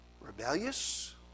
rebellious